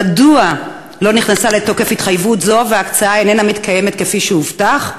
1. מדוע לא נכנסה לתוקף התחייבות זו וההקצאה אינה מתקיימת כפי שהובטח?